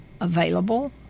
available